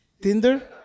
Tinder